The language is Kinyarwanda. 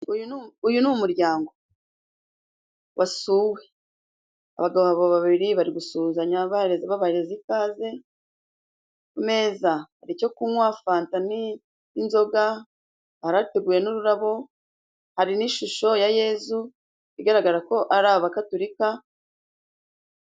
Uyu ni umuryango wasuwe. Abagabo babiri bari gusuhuzanya babahereza ikaze. Ku meza hari icyo kunywa fanta, n'inzoga. Hari hateguwe n'ururabo hari n'ishusho ya Yezu. Bigaragara ko ari Abagatulika.